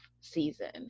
season